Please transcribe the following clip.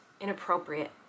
inappropriate